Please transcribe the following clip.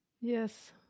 yes